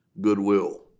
goodwill